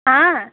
हाँ